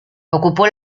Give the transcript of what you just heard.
ocupó